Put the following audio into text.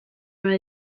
are